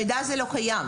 המידע הזה לא קיים.